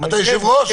אתה יושב-ראש?